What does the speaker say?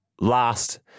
last